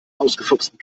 ausgefuchsten